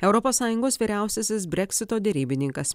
europos sąjungos vyriausiasis breksito derybininkas